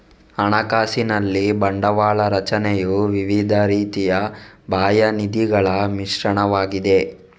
ಹಣಕಾಸಿನಲ್ಲಿ ಬಂಡವಾಳ ರಚನೆಯು ವಿವಿಧ ರೀತಿಯ ಬಾಹ್ಯ ನಿಧಿಗಳ ಮಿಶ್ರಣವಾಗಿದೆ